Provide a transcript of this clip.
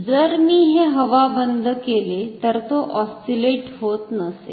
जर मी हे हवाबंद केले तर तो ऑस्सीलेट होत नसते